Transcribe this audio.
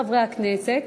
חברי הכנסת,